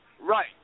right